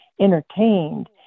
entertained